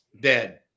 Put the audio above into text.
dead